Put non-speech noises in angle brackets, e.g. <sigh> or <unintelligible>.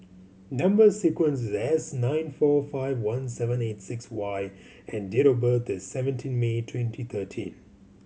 number sequence <unintelligible> nine four five one seven eight six Y and date of birth is seventeen May twenty thirteen